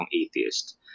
atheist